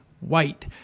white